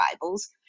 Bibles